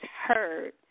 heard